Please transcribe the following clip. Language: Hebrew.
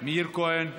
מאיר כהן,